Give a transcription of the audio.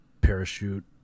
parachute